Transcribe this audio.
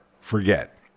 forget